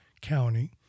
County